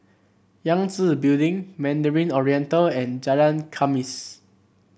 Yangtze Building Mandarin Oriental and Jalan Khamis